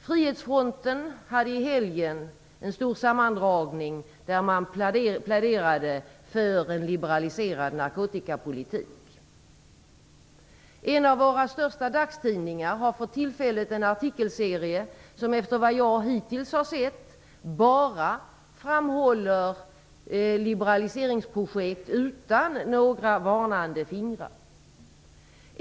Frihetsfronten hade i helgen en stor sammankomst där man pläderade för en liberaliserad narkotikapolitik. En av våra största dagstidningar har för tillfället en artikelserie som efter vad jag hittills har sett bara framhåller liberaliseringsprojekt, utan några varnande fingrar.